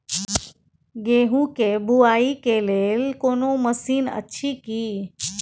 गेहूँ के बुआई के लेल कोनो मसीन अछि की?